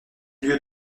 lieu